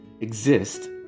exist